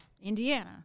Indiana